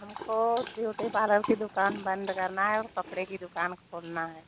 हमको beauty parlour की दुकान बंद करनी है और कपड़े की दुकान खोलनी है